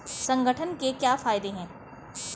संगठन के क्या फायदें हैं?